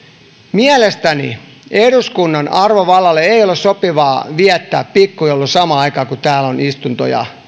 mielestäni eduskunnan arvovallalle ei ole sopivaa viettää pikkujouluja samaan aikaan kun täällä on istuntoja